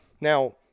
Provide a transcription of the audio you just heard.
Now